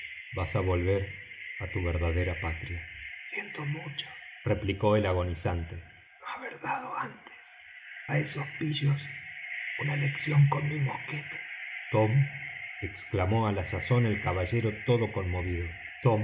vas á volver á tu verdadera patria siento mucho replicó el agonizante no haber dado antes á esos pillos una lección con mi mosquete tom exclamó á la sazón el caballero todo conmovido